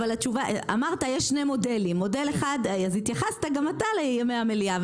אמרת שיש שני מודלים וגם אתה התייחסת לימי המליאה.